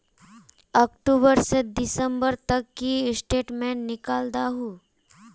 अक्टूबर से दिसंबर तक की स्टेटमेंट निकल दाहू?